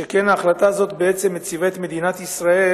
שכן ההחלטה הזאת מציבה את מדינת ישראל